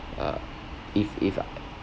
uh if if I